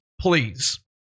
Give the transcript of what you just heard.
please